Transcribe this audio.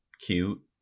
cute